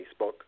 Facebook